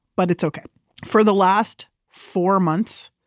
but it's okay for the last four months,